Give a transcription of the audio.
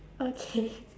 okay